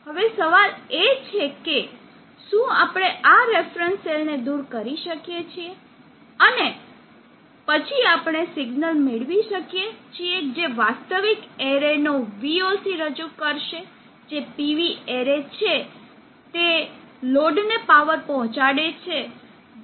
હવે સવાલ એ છે કે શું આપણે આ રેફરન્સ સેલ ને દૂર કરી શકીએ છીએ અને પછી આપણે સિગ્નલ મેળવી શકીએ છીએ જે વાસ્તવિક એરેનો voc રજૂ કરશે જે PV એરે છે જે લોડને પાવર પહોંચાડે છે